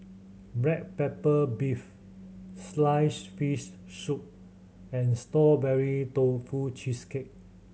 black pepper beef sliced fish soup and Strawberry Tofu Cheesecake